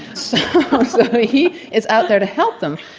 so he is out there to help them.